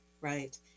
right